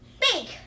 big